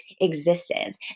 existence